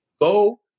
go